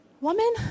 woman